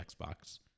Xbox